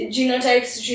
Genotypes